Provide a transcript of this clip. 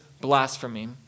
blasphemy